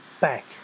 back